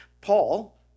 Paul